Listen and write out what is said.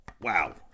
Wow